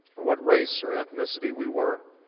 or what race or ethnicity we were,